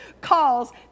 calls